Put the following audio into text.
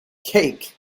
cake